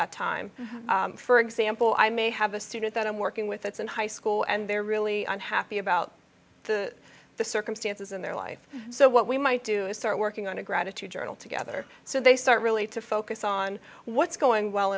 that time for example i may have a student that i'm working with that's in high school and they're really unhappy about the circumstances in their life so what we might do is start working on a gratitude journal together so they start really to focus on what's going well